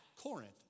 corinth